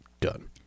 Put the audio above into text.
Done